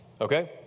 Okay